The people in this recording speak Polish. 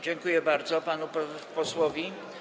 Dziękuję bardzo panu posłowi.